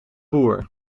boer